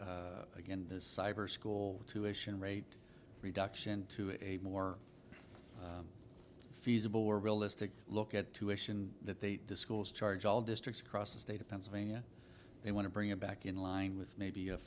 budget again this cyber school tuition rate reduction to a more feasible or realistic look at tuition that they the schools charge all districts across the state of pennsylvania they want to bring it back in line with maybe a